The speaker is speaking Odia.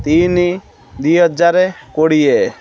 ତିନି ଦୁଇ ହଜାର କୋଡ଼ିଏ